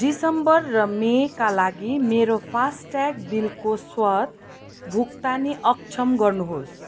दिसम्बर र मईका लागि मेरो फासट्याग बिलको स्वतः भुक्तानी अक्षम गर्नुहोस्